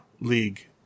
League